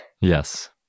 Yes